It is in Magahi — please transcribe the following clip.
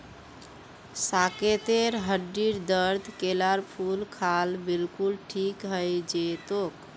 साकेतेर हड्डीर दर्द केलार फूल खा ल बिलकुल ठीक हइ जै तोक